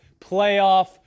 playoff